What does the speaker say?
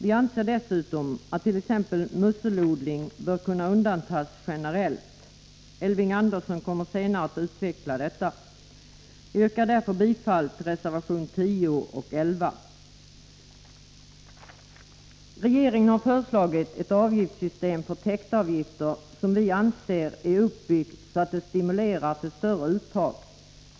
Vi anser dessutom att t.ex. musselodling bör kunna undantas generellt. Elving Andersson kommer senare att utveckla detta. Jag yrkar bifall till reservationerna 10 och 11. Regeringen har föreslagit ett avgiftssystem för täktavgifter, som vi anser är uppbyggt så att det stimulerar till större uttag.